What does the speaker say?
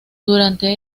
durante